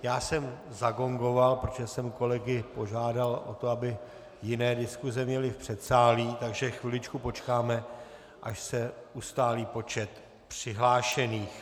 Já jsem zagongoval, protože jsem kolegy požádal o to, aby jiné diskuse měly v předsálí, takže chviličku počkáme, až se ustálí počet přihlášených.